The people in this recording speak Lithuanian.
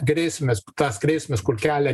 grėsmes tas grėsmes kur kelia